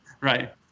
Right